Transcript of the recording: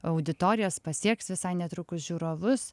auditorijas pasieks visai netrukus žiūrovus